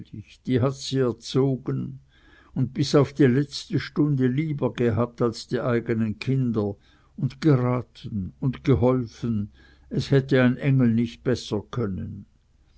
die hat sie erzogen und bis auf die letzte stunde lieber gehabt als die eigenen kinder und geraten und geholfen es hätte ein engel es nicht besser können